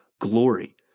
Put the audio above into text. glory